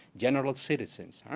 general citizens.